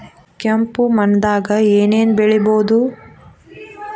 ಕೆಂಪು ಮಣ್ಣದಾಗ ಏನ್ ಏನ್ ಬೆಳಿಬೊದು?